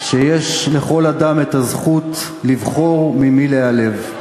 שיש לכל אדם את הזכות לבחור ממי להיעלב,